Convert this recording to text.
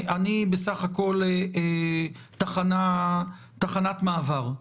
אני בסך-הכול תחנת מעבר,